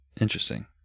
Interesting